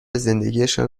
زندگیشان